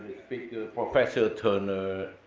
speakers, professor turner,